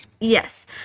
Yes